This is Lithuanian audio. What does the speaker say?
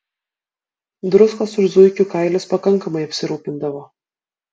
druskos už zuikių kailius pakankamai apsirūpindavo